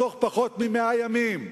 בתוך פחות מ-100 ימים,